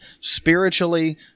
spiritually